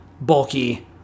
bulky